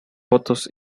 fotos